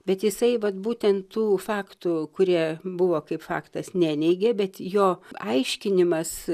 bet jisai vat būtent tų faktų kurie buvo kaip faktas neneigė bet jo aiškinimas